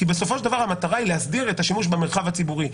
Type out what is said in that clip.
כי בסופו של דבר המטרה היא להסדיר את השימוש במרחב הציבורי.